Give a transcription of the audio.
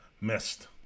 missed